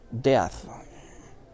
death